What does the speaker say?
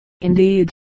indeed